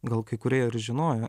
gal kai kurie ir žinojo